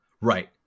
Right